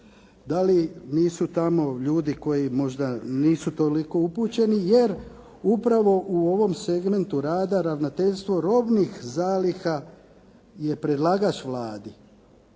Dali nisu tamo ljudi koji možda nisu toliko upućeni, jer upravo u ovom segmentu rada ravnateljstvo robnih zaliha je predlagač Vladi